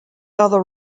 other